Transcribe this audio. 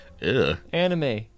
Anime